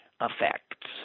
effects